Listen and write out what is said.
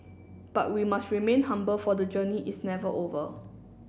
but we must remain humble for the journey is never over